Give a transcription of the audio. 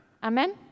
Amen